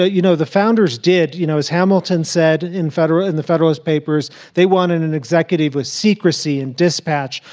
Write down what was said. ah you know, the founders did you know, as hamilton said in federal in the federalist papers, they wanted an executive with secrecy and despatch,